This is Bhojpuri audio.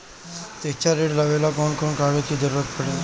शिक्षा ऋण लेवेला कौन कौन कागज के जरुरत पड़ी?